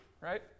right